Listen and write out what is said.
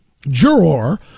juror